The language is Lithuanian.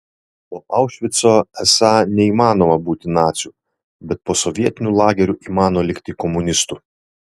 po aušvico esą neįmanoma būti naciu bet po sovietinių lagerių įmano likti komunistu